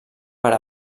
per